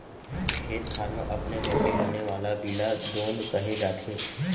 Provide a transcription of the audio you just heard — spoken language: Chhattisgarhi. खेत खार म अपने होके बने वाला बीला दोंद कहे जाथे